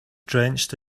drenched